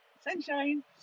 Sunshine